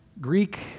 Greek